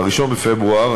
ב-1 בפברואר,